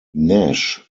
nash